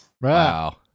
Wow